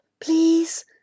please